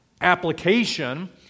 application